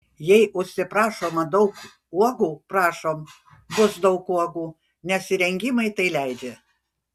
jei užsiprašoma daug uogų prašom bus daug uogų nes įrengimai tai leidžia